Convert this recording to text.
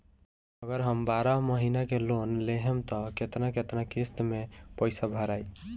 अगर हम बारह महिना के लोन लेहेम त केतना केतना किस्त मे पैसा भराई?